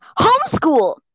Homeschool